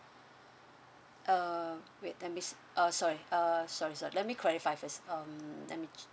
uh wait let me see uh sorry uh sorry sorry let me clarify first um